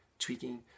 tweaking